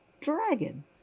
dragon